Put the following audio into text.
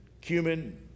cumin